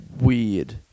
weird